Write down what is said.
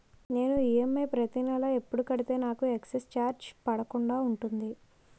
నేను ఈ.ఎమ్.ఐ ప్రతి నెల ఎపుడు కడితే నాకు ఎక్స్ స్త్ర చార్జెస్ పడకుండా ఉంటుంది?